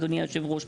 אדוני יושב הראש.